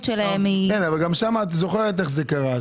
שלהם- -- גם שם את זוכרת איך קרה.